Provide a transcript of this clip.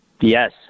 yes